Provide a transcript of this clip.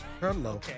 Hello